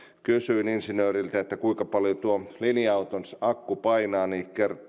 kysyin insinööriltä kuinka paljon tuo linja auton akku painaa niin